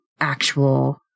actual